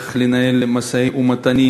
איך לנהל משאים-ומתנים,